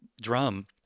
drum